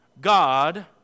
God